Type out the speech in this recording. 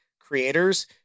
creators